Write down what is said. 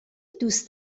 دوست